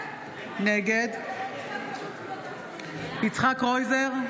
נגד יצחק קרויזר,